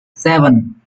seven